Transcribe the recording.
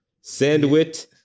Sandwich